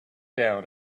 down